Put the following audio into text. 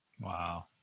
Wow